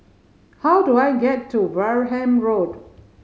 how do I get to Wareham Road